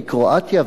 מקרואטיה,